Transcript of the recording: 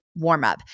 warmup